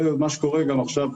זה מה שקורה גם עכשיו.